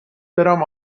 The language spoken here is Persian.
برم